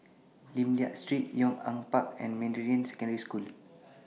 Lim Liak Street Yong An Park and Meridian Secondary School